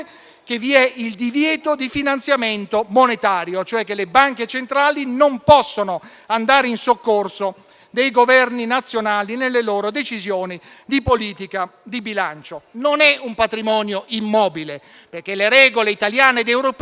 che vi è il divieto di finanziamento monetario, cioè che le banche centrali non possono andare in soccorso dei Governi nazionali nelle loro decisioni di politica di bilancio. Non è un patrimonio immobile perché le regole italiane ed europee